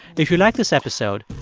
if you liked this episode,